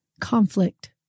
conflict